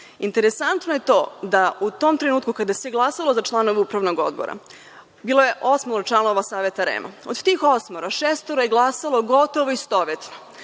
Interesantno je to da u tom trenutku kada se glasalo za članove upravnog odbora bilo je osam članova Saveta REM, od tih osmoro šestoro je glasalo gotovo istovetno.